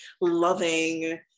loving